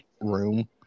room